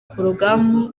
porogaramu